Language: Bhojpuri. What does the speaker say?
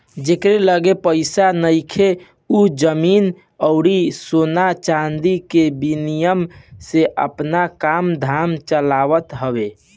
जेकरी लगे पईसा नइखे उ जमीन अउरी सोना चांदी के विनिमय से आपन काम धाम चलावत हवे